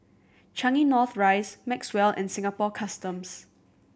Changi North Rise Maxwell and Singapore Customs